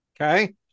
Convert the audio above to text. okay